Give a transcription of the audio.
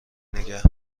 نگه